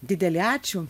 didelį ačiū